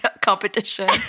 competition